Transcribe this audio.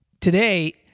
Today